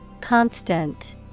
Constant